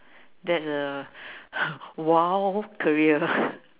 that is a !wow! career